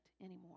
anymore